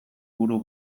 buru